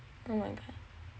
oh my god